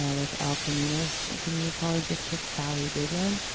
ah with el camino's community college district, sally biggin,